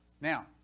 Now